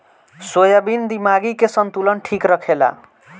soybean दिमागी के संतुलन ठीक रखेला